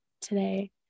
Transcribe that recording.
today